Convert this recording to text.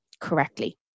correctly